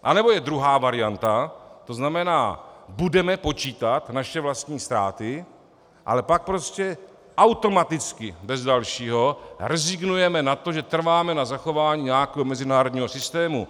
Anebo je druhá varianta, to znamená, budeme počítat naše vlastní ztráty, ale pak prostě automaticky bez dalšího rezignujeme na to, že trváme na zachování nějakého mezinárodního systému.